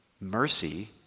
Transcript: Mercy